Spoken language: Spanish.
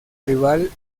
rival